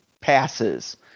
passes